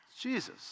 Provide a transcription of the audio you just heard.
Jesus